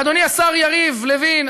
אדוני השר יריב לוין,